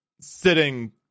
sitting